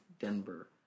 Denver